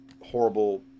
horrible